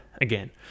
again